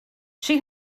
she